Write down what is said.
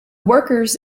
workers